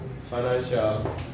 financial